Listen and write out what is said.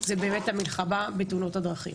היא באמת המלחמה בתאונות הדרכים.